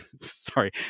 Sorry